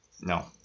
No